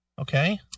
Okay